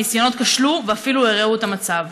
הניסיונות כשלו ואפילו הרעו את המצב.